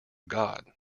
god